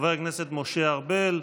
חבר הכנסת משה ארבל.